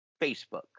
Facebook